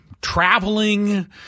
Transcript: traveling